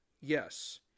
Yes